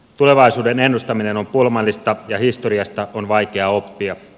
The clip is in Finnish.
tulevaisuuden ennustaminen on pulmallista ja historiasta on vaikea oppia